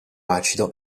acido